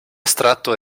estratto